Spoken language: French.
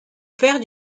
père